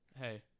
hey